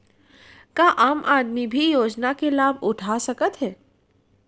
का आम आदमी भी योजना के लाभ उठा सकथे?